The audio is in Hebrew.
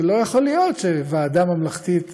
לא יכול להיות שוועדה ממלכתית